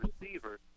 receiver